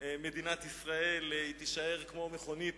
מדינת ישראל, תישאר כמו מכונית